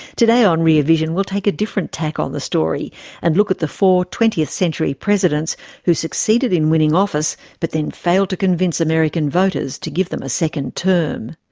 today on rear vision we'll take a different tack on the story and look at the four twentieth century presidents who succeeded in winning office but then failed to convince american voters to give them a second term.